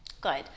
Good